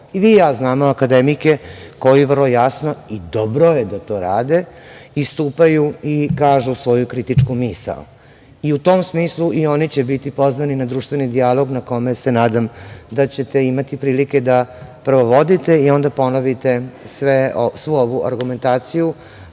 I vi i ja znamo akademike koji vrlo jasno i dobro je da to rade istupaju i kažu svoju kritičku misao.U tom smislu, i oni će biti pozvani na društveni dijalog na kome se nadam da ćete imati prilike da prvo vodite i onda ponovite svu ovu argumentaciju